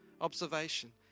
Observation